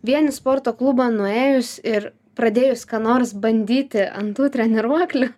vien į sporto klubą nuėjus ir pradėjus ką nors bandyti ant tų treniruoklių